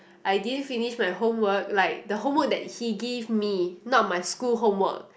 I didn't finish my homework like the homework that he give me not my school homework